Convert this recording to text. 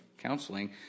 Counseling